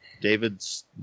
David's